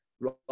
right